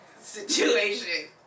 situation